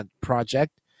project